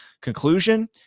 Conclusion